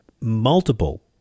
multiple